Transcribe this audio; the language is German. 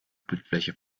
bildfläche